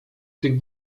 tych